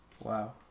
Wow